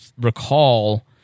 recall